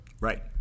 right